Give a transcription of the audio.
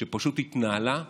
שפשוט התנהלה בפרטאץ'.